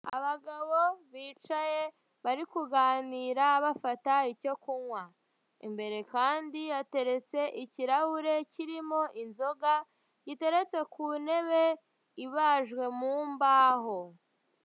Abagabo bicaye bari kuganira bafata icyo kunywa, imbere kandi hateretse ikirahure kirimo inzoga giteretse ku ntebe ibajwe mu mbaho.